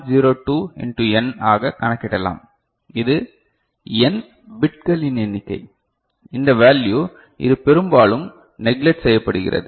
02 into n ஆக கணக்கிடலாம் இது n பிட்களின் எண்ணிக்கை இந்த வேல்யூ இது பெரும்பாலும் நெக்லட் செய்யப்படுகிறது